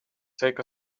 take